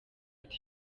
ati